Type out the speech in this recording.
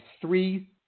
three